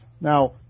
now